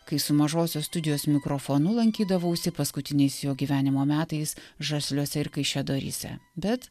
kai su mažosios studijos mikrofonu lankydavausi paskutiniais jo gyvenimo metais žasliuose ir kaišiadoryse bet